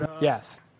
Yes